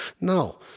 No